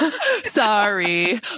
Sorry